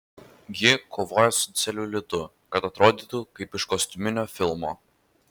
ji kovoja su celiulitu kad atrodytų kaip iš kostiuminio filmo